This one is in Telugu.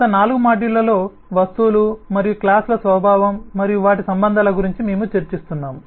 గత 4 మాడ్యూళ్ళలో వస్తువులు మరియు క్లాస్ల స్వభావం మరియు వాటి సంబంధాల గురించి మేము చర్చిస్తున్నాము